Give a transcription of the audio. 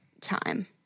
time